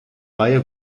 reihe